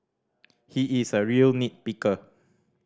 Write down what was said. he is a real nit picker